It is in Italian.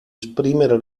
esprimere